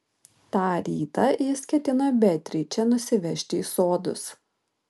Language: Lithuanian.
tą rytą jis ketino beatričę nusivežti į sodus